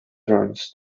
turns